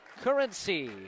Currency